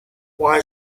why